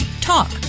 talk